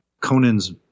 conan's